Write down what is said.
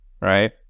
right